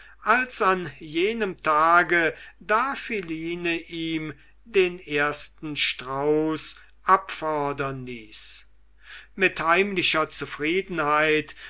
als an jenem tage da philine ihm den ersten strauß abfordern ließ mit heimlicher zufriedenheit